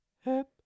hip